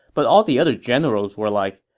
but all the other generals were like,